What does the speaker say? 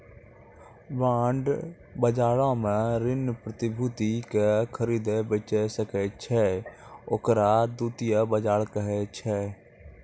bond बजारो मे ऋण प्रतिभूति के खरीदै बेचै सकै छै, ओकरा द्वितीय बजार कहै छै